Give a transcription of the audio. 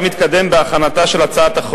אתה מדבר בכלל לא לעניין ולא לגופו של עניין.